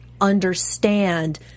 understand